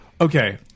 Okay